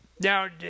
Now